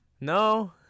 No